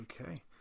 Okay